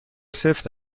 سفت